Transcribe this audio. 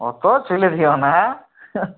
অত চেলে দিও না